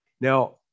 Now